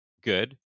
good